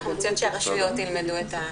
אנחנו צריכים שהרשויות ילמדו את הנושא.